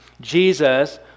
Jesus